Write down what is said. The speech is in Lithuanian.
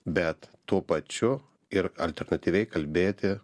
bet tuo pačiu ir alternatyviai kalbėti